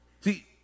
See